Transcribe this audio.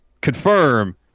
confirm